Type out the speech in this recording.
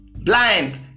blind